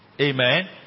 Amen